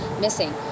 missing